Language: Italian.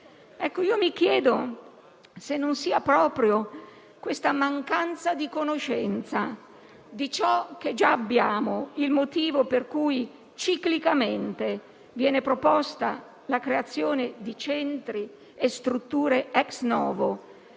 Mi chiedo se non sia proprio questa mancanza di conoscenza di ciò che già abbiamo il motivo per cui ciclicamente viene proposta la creazione di centri e strutture *ex novo*.